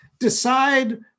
Decide